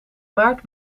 maart